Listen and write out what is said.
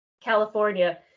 California